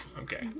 okay